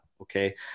Okay